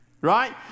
right